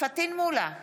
פטין מולא,